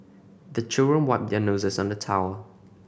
the children wipe their noses on the towel